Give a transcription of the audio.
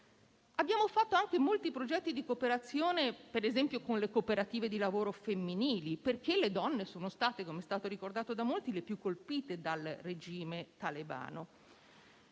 Abbiamo fatto anche molti progetti di cooperazione, per esempio con le cooperative di lavoro femminili, perché le donne sono state - come è stato ricordato da molti - le più colpite dal regime talebano.